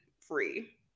free